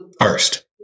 First